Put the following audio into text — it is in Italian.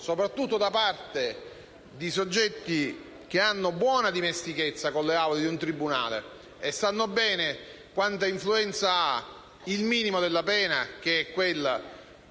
soprattutto da parte di soggetti che hanno buona dimestichezza con le aule di un tribunale e, quindi, sanno bene quanta influenza ha il minimo della pena, che è quella